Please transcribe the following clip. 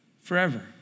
forever